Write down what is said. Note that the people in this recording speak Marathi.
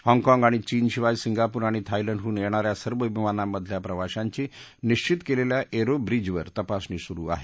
हाँगकाँग आणि चीनशिवाय सिंगापूर आणि थायलंडहून येणाऱ्या सर्व विमानांमधल्या प्रवाशांची निक्षित केलेल्या एअरो ब्रिजवर तपासणी सुरू आहे